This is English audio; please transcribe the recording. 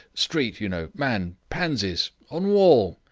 street, you know, man, pansies. on wall.